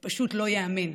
זה פשוט לא ייאמן.